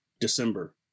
December